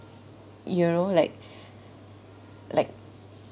you know like like